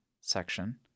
section